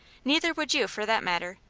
neither would you, for that matter.